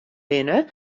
binne